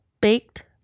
baked